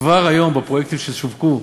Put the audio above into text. כבר היום, בפרויקטים ששווקו,